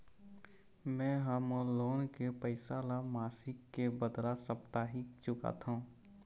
में ह मोर लोन के पैसा ला मासिक के बदला साप्ताहिक चुकाथों